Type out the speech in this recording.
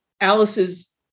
Alice's